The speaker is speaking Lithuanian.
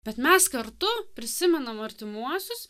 bet mes kartu prisimenam artimuosius